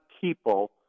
people